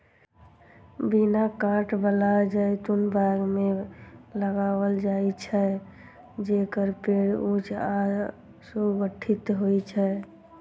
बिना कांट बला जैतून बाग मे लगाओल जाइ छै, जेकर पेड़ ऊंच आ सुगठित होइ छै